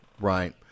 Right